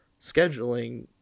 scheduling